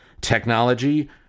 Technology